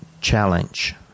Challenge